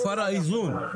הופר האיזון.